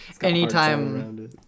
Anytime